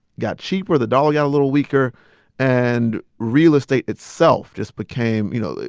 got cheaper, the dollar got a little weaker and real estate itself just became you know,